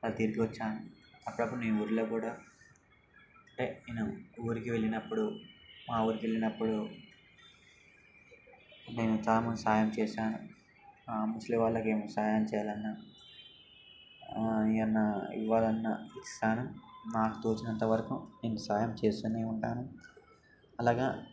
అలా తిరిగొచ్చాను అప్పుడప్పుడు నేను ఊళ్ళో కూడా అంటే నేను ఊరికి వెళ్ళినప్పుడు మా ఊరికి వెళ్ళినప్పుడు నేను చాలా సాయం చేసాను ముసలి వాళ్ళకి ఏమి సాయం చేయాలన్నా ఏమైనా ఇవ్వాలన్నా ఇస్తాను నాకు తోచినంత వరకు నేను సాయం చేస్తూనే ఉంటాను అలాగా